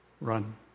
Run